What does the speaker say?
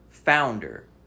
founder